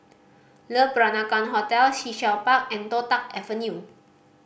Le Peranakan Hotel Sea Shell Park and Toh Tuck Avenue